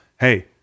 Hey